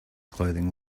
clothing